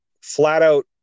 flat-out